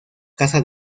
casa